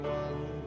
one